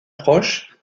proche